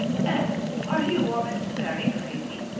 anne are you or mrs. barry crazy?